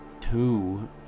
two